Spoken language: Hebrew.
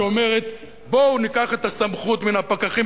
שאומרת: בואו ניקח את הסמכות מן הפקחים,